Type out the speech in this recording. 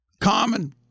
Common